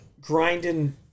grinding